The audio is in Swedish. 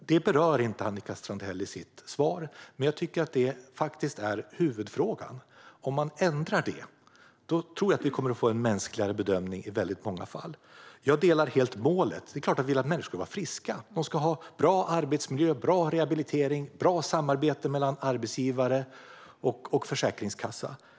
Detta berör inte Annika Strandhäll i sitt svar, men jag tycker att det faktiskt är huvudfrågan. Om man ändrar detta tror jag att vi kommer att få en mänskligare bedömning i många fall. Jag delar helt målet - det är klart att vi vill att människor ska vara friska. De ska ha bra arbetsmiljö och rehabilitering, och samarbetet mellan arbetsgivare och försäkringskassa ska vara bra.